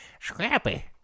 Scrappy